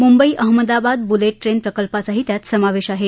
Mumbai Ahmedabad bullet train प्रकल्पाचाही त्यात समावेश आहे